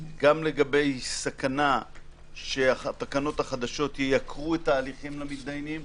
גם לגבי סכנה שהתקנות החדשות ייקרו את ההליכים למידיינים